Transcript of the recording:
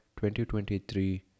2023